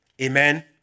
Amen